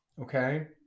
Okay